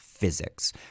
Physics